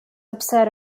upset